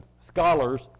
scholars